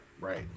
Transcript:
right